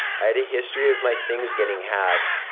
i've had a history of my things getting hacked.